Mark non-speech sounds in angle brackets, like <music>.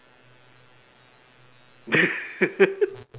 <laughs>